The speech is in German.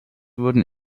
wurden